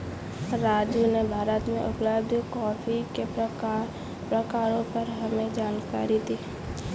राजू ने भारत में उपलब्ध कॉफी के प्रकारों पर हमें जानकारी दी